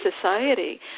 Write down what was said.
society